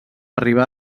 arribar